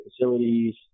facilities